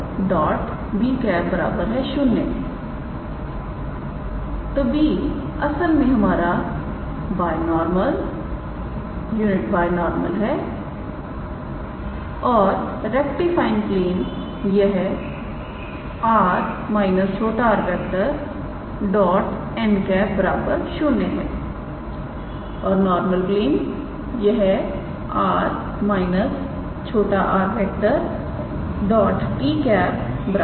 तो b असल में हमारा binormal unit binormal है और रेक्टिफाइंग प्लेन यह 𝑅⃗ − 𝑟⃗ 𝑛̂ 0 है और नॉर्मल प्लेन यह 𝑅⃗ − 𝑟⃗ 𝑡̂ 0 है